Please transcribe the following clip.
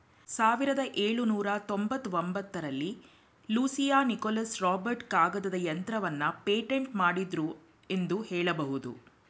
ಸಾವಿರದ ಎಳುನೂರ ತೊಂಬತ್ತಒಂಬತ್ತ ರಲ್ಲಿ ಲೂಸಿಯಾ ನಿಕೋಲಸ್ ರಾಬರ್ಟ್ ಕಾಗದದ ಯಂತ್ರವನ್ನ ಪೇಟೆಂಟ್ ಮಾಡಿದ್ರು ಎಂದು ಹೇಳಬಹುದು